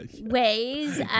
ways